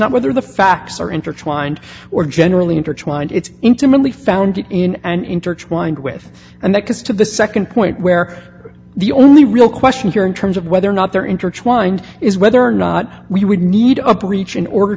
not whether the facts are intertwined or generally intertwined it's intimately founded in and intertwined with and that gets to the nd point where the only real question here in terms of whether or not they're intertwined is whether or not we would need a preach in order